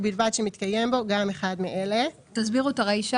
ובלבד שמתקיים בו גם אחד מאלה: תסבירו את הרישה,